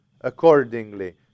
accordingly